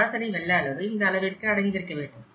சராசரி வெள்ள அளவு இந்த அளவிற்கு அடைந்திருக்கவேண்டும்